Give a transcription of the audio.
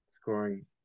scoring